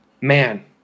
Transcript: man